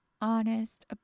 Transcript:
honest